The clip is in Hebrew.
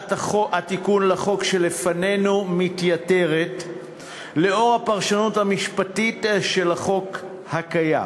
הצעת התיקון לחוק שלפנינו מתייתרת לאור הפרשנות המשפטית של החוק הקיים.